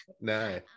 No